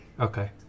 Okay